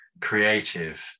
creative